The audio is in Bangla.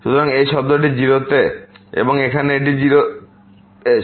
সুতরাং এই শব্দটি যায় 0 তে এবং এখানে এটি যায় 0 তে